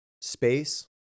space